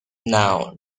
now